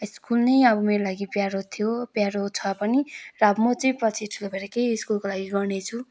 school नै अब मेरो लागि प्यारो थियो प्यारो छ पनि र अब म चाहिँ पछि ठुलो भएर केही स्कुलको लागि गर्नेछु